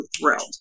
thrilled